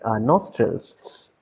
nostrils